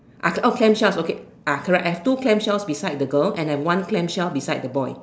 uh oh clam shells okay ah correct I have two clam shells beside the girl and have one clam shell beside the boy